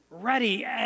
Ready